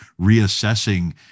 reassessing